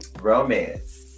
Romance